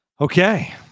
Okay